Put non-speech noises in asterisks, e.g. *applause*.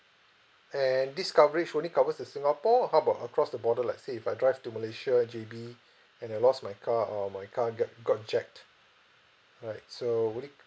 and this coverage only covers to singapore or how about across the border like say if I drive to malaysia J_B *breath* and I lost my car or my car get got jacked right so will it